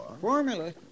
Formula